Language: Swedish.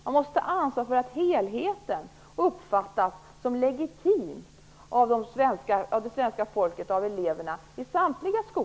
Man måste ta ansvar för att helheten uppfattas som legitim av det svenska folket och av eleverna i samtliga skolor.